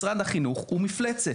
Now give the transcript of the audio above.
משרד החינוך הוא מפלצת,